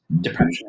depression